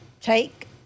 take